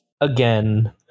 again